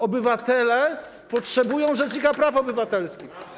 Obywatele potrzebują rzecznika praw obywatelskich.